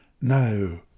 No